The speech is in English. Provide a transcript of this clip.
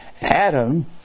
Adam